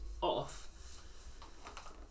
off